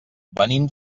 venim